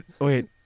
wait